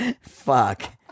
Fuck